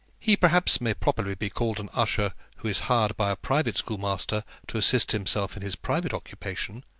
he, perhaps, may properly be called an usher, who is hired by a private schoolmaster to assist himself in his private occupation,